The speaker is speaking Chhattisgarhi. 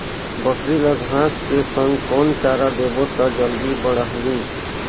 बकरी ल घांस के संग कौन चारा देबो त जल्दी बढाही?